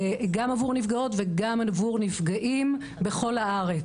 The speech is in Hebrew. גם עבור נפגעות וגם עבור נפגעים בכל הארץ.